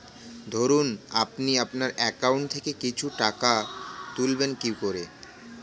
ধরুন আপনি আপনার একাউন্ট থেকে কিছু টাকা তুলবেন কিভাবে?